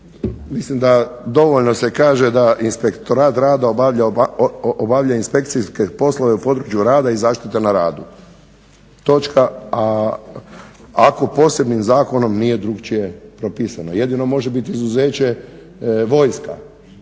Mislim da dovoljno se kaže da Inspektorat rada obavlja inspekcijske poslove u području rada i zaštite na radu, a ako posebnim zakonom nije drukčije propisano. Jedino može biti izuzeće vojska